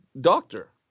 doctor